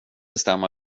bestämma